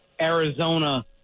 Arizona